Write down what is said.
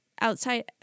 outside